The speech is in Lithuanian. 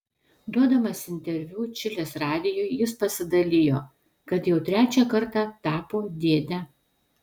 duodamas interviu čilės radijui jis pasidalijo kad jau trečią kartą tapo dėde